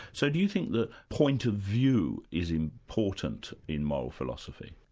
so do you think the point of view is important in moral philosophy?